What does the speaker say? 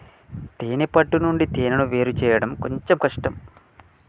తేనే పట్టు నుండి తేనెను వేరుచేయడం కొంచెం కష్టం